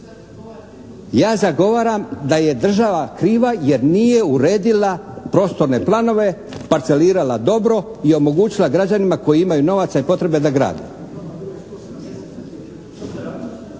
Ja zagovaram da je država kriva jer nije uredila prostorne planove, parcelirala dobro i omogućila građanima koji imaju novaca i potrebe da grade.